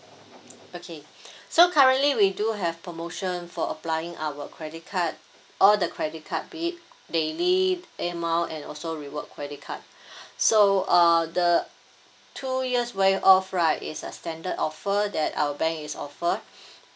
okay so currently we do have promotion for applying our credit card all the credit card be it daily air miles and also reward credit card so uh the two years waived off right is a standard offer that our bank is offered